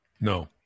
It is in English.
No